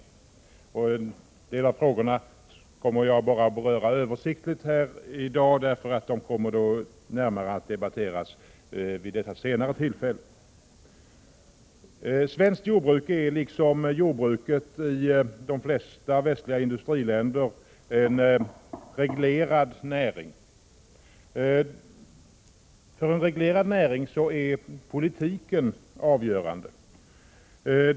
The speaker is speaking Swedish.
En del av frågorna skall jag här i dag endast beröra översiktligt, eftersom de kommer att närmare debatteras vid detta senare tillfälle. Svenskt jordbruk är liksom jordbruket i de flesta västliga industriländer en reglerad näring. För en reglerad näring är politiken avgörande.